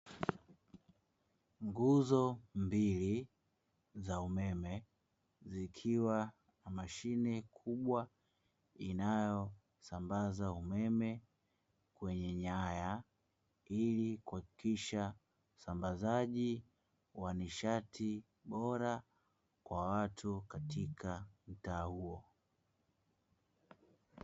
Nguzo mbili za umeme, zikiwa na mashine kubwa inayosambaza umeme kwenye nyaya ili kuhakikisha usambazaji wa nishati bora kwa watu katika mtaa huo.